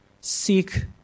Seek